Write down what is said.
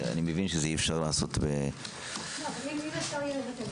אם אפשר יהיה לבטל,